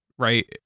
right